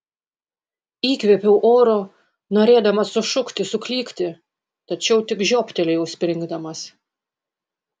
įkvėpiau oro norėdamas sušukti suklykti tačiau tik žioptelėjau springdamas